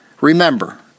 Remember